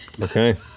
Okay